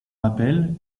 rappelle